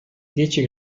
dieci